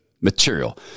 material